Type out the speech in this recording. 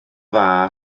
dda